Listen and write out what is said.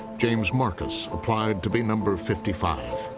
james marcus applied to be number fifty five.